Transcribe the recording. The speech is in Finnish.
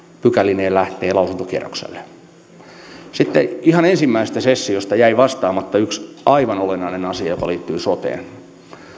pykälineen lähtee lausuntokierrokselle sitten ihan ensimmäisestä sessiosta jäi vastaamatta yksi aivan olennainen asia joka liittyy soteen